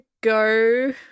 go